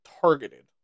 targeted